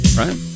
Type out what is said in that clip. right